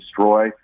destroy